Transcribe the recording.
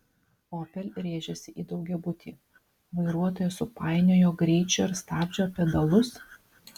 opel rėžėsi į daugiabutį vairuotoja supainiojo greičio ir stabdžio pedalus